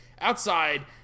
outside